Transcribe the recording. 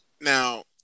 Now